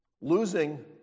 losing